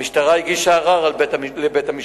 המשטרה הגישה ערר על החלטת בית-המשפט,